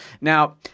now